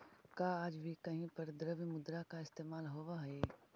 का आज भी कहीं पर द्रव्य मुद्रा का इस्तेमाल होवअ हई?